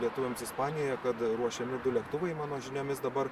lietuviams ispanijoje kad ruošiami du lėktuvai mano žiniomis dabar